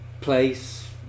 place